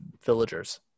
villagers